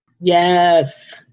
Yes